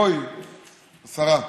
בואי, השרה.